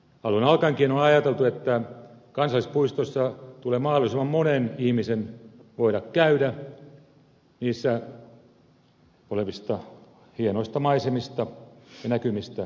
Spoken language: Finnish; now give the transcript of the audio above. alun alkaenkin on ajateltu että kansallispuistoissa tulee mahdollisimman monen ihmisen voida käydä niissä olevista hienoista maisemista ja näkymistä nauttimassa